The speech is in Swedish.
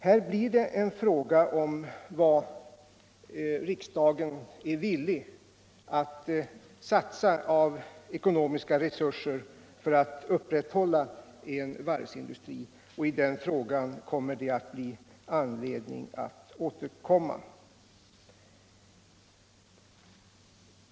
Här gäller det en fråga om vad riksdagen är villig att satsa av ekonomiska resurser för att upprätthålla en varvsindustri, och den frågan kommer det att bli anledning att återkomma till.